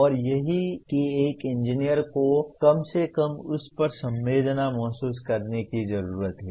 और यही कि एक इंजीनियर को कम से कम उस पर संवेदना महसूस करने की जरूरत है